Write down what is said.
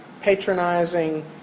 patronizing